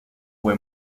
fue